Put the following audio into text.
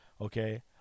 okay